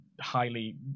highly